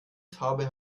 farbe